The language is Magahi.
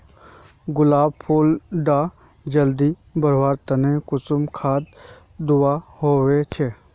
गुलाब फुल डा जल्दी बढ़वा तने कुंडा खाद दूवा होछै?